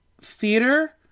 theater